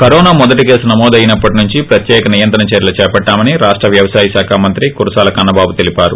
corona మొదటి కేసు నమోదయినప్పటి నుంచి ప్రత్యిక నియంత్రణ చర్యలు చేపట్టామని రాష్ల వ్యవసాయ శాఖ మంత్రి కురసాల కన్నబాబు తెలిపారు